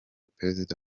perezida